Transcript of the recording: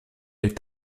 est